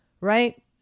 right